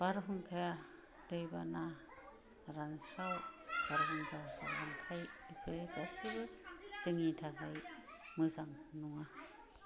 बारहुंखाया दैबाना रानस्राव बारहुंखा सार अन्थाइ बे गासिबो जोंनि थाखाय मोजां नङा